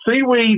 seaweed